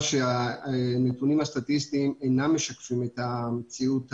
היומנאים בתחנות הם מעבירים או אתם מצפים מאנשים שיפנו ישירות אל המוקד?